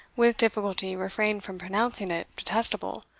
with difficulty refrained from pronouncing it detestable,